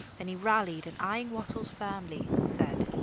then he rallied and eying wattles firmly, said